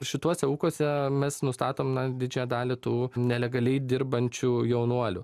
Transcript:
šituose ūkuose mes nustatom na didžiąją dalį tų nelegaliai dirbančių jaunuolių